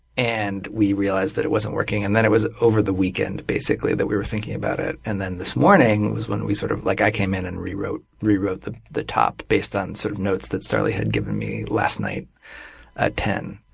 and we realized that it wasn't working. and then it was over the weekend, basically, that we were thinking about it. and then this morning was when we sort of like i came in and rewrote rewrote the the top based on sort of notes that sarly had given me last night at ten.